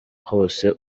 hose